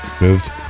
moved